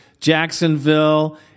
Jacksonville